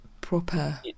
proper